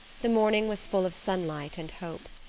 the morning was full of sunlight and hope.